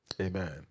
amen